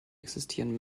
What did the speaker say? existieren